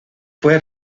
fue